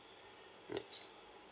yes